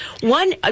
One